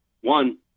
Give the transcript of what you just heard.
one